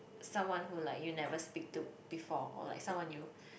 someone who like you never speak to before or like someone you